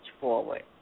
forward